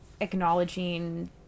acknowledging